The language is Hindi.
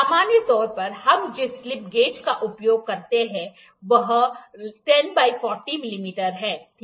सामान्य तौर पर हम जिस स्लिप गेज का उपयोग करते हैं वह १० × ४० मिमी है ठीक है